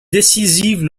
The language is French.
décisive